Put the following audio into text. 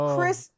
Chris